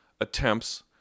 attempts